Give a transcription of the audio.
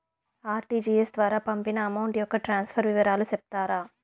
RTGS ద్వారా పంపిన amount యొక్క ట్రాన్స్ఫర్ వివరాలు సెప్తారా